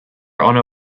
honor